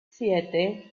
siete